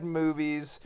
movies